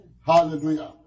Hallelujah